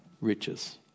riches